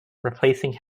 replacing